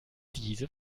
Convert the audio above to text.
diese